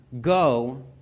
go